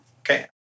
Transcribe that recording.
Okay